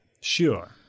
Sure